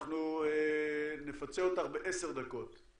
אנחנו נפצה אותך בעשר דקות.